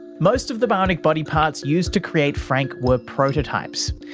most of the bionic body parts used to create frank were prototypes,